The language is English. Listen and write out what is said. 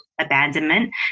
abandonment